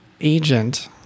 agent